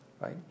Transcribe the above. right